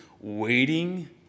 waiting